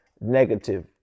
negative